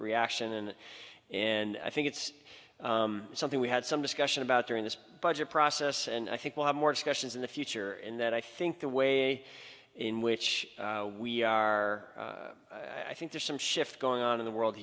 reaction and i think it's something we had some discussion about during this budget process and i think we'll have more discussions in the future and that i think the way in which we are i think there's some shift going on in the world